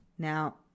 Now